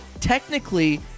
Technically